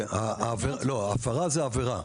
לא, ההפרה זו עבירה.